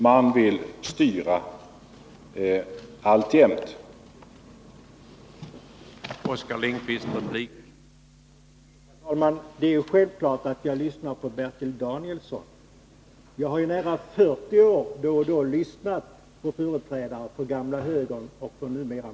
Man vill alltjämt styra.